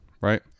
right